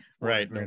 right